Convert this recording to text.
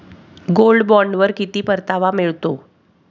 Gold बॉण्डवर किती परतावा मिळतो?